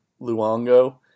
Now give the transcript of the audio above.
Luongo